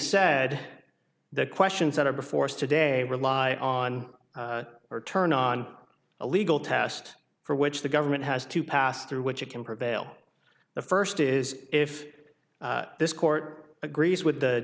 said the questions that are before us today rely on or turn on a legal test for which the government has to pass through which it can prevail the first is if this court agrees with the